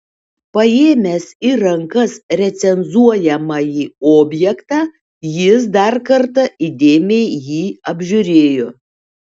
paėmęs į rankas recenzuojamąjį objektą jis dar kartą įdėmiai jį apžiūrėjo